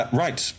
right